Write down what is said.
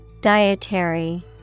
Dietary